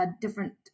different